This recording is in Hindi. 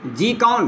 जी कौन